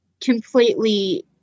completely